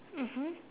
mmhmm